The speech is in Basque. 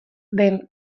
den